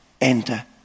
enter